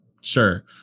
sure